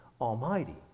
Almighty